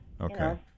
okay